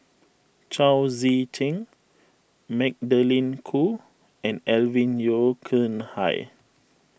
Chao Tzee Cheng Magdalene Khoo and Alvin Yeo Khirn Hai